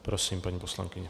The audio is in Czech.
Prosím, paní poslankyně.